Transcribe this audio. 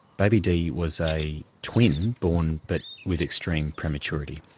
baby d was a twin born but with extreme prematurity.